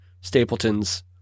Stapleton's